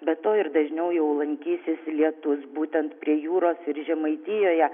be to ir dažniau jau lankysis lietus būtent prie jūros ir žemaitijoje